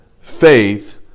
faith